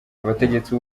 abategetsi